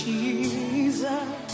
Jesus